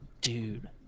Dude